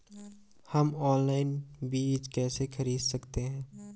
हम ऑनलाइन बीज कैसे खरीद सकते हैं?